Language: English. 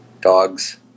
dogs